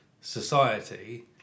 society